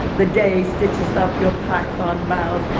the day stitches up your python mouth.